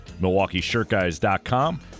MilwaukeeShirtGuys.com